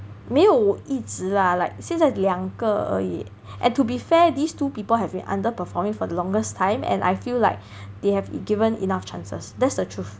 没有一直 lah like 现在两个而已 and to be fair these two people have been under performing for the longest time and I feel like they have given enough chances that's the truth